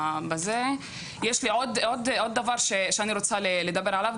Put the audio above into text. יש לי עוד דבר שאני רוצה לדבר עליו,